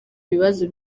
bibazo